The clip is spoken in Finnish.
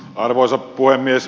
arvoisa puhemies